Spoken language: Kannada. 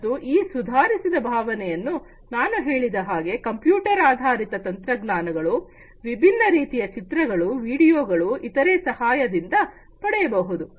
ಮತ್ತು ಈ ಸುಧಾರಿಸಿದ ಭಾವನೆಯನ್ನು ನಾನು ಹೇಳಿದ ಹಾಗೆ ಕಂಪ್ಯೂಟರ್ ಆಧಾರಿತ ತಂತ್ರಜ್ಞಾನಗಳು ವಿಭಿನ್ನ ರೀತಿಯ ಚಿತ್ರಗಳು ವಿಡಿಯೋಗಳು ಇತರೆ ಸಹಾಯದಿಂದ ಪಡೆಯಬಹುದು